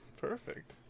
Perfect